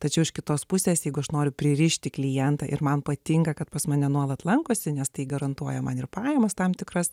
tačiau iš kitos pusės jeigu aš noriu pririšti klientą ir man patinka kad pas mane nuolat lankosi nes tai garantuoja man ir pajamas tam tikras